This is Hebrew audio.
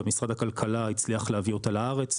גם משרד הכלכלה הצליח להביא אותה לארץ,